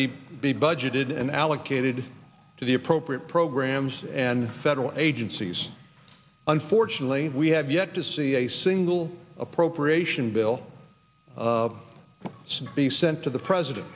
be be budgeted and allocated to the appropriate programs and federal agencies unfortunately we have yet to see a single appropriation bill of some be sent to the president